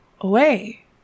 away